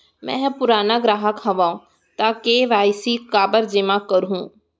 मैं ह पुराना ग्राहक हव त के.वाई.सी काबर जेमा करहुं?